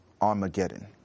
Armageddon